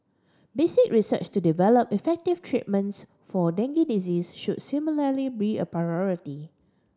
basic research to develop effective treatments for dengue disease should similarly be a priority